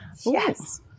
Yes